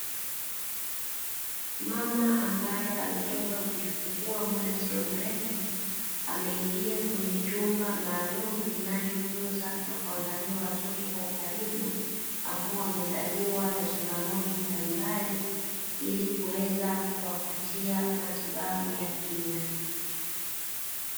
Mama ambaye ametoka kijifungua muda sio mrefu ameingia kwenye chumba maalum kinachitunza na kuangalia watoto kwa ukaribu, ambao wamezaliwa na changamoto mbalimbali ili kuweza kuwapatia matibabu ya kina.